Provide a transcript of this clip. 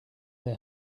they